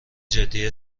جدی